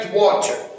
water